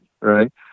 Right